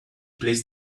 placed